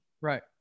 Right